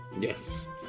Yes